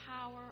power